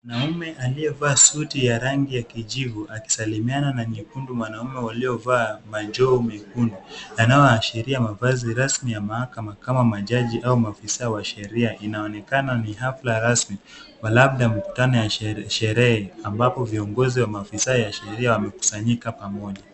Mwanaume aliyevaa suti ya rangi ya kijivu akisalimiana na mwanaume waliovaa majoho mekundu, yanayoashiria mavazi rasmi ya mahakama kama majaji au maafisa wa sheria. Inaonekana ni hafla rasmi, labda mkutano ya sherehe ambapo viongozi wa sheria wamekusanyika pamoja.